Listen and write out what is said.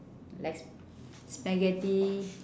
like sp~ spaghetti